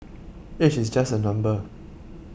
age is just a number